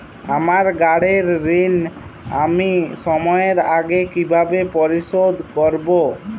আমার গাড়ির ঋণ আমি সময়ের আগে কিভাবে পরিশোধ করবো?